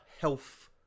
health